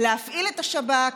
להפעיל את השב"כ,